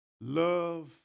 love